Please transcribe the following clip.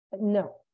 no